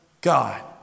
God